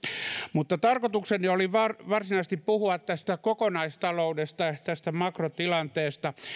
mutta tarkoitukseni oli varsinaisesti puhua kokonaistaloudesta tästä makrotilanteesta